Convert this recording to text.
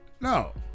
No